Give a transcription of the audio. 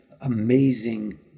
amazing